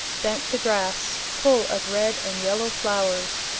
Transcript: bent the grass, full of red and yellow flowers,